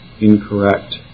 incorrect